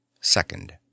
Second